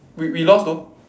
we we lost though